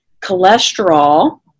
cholesterol